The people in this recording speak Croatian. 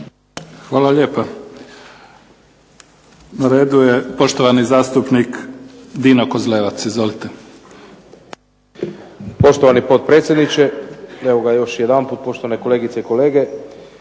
Hvala lijepa. Na redu je poštovani zastupnik Dino Kozlevac. Izvolite. **Kozlevac, Dino (SDP)** Poštovani potpredsjedniče, evo ga još jedanput poštovane kolegice i kolege.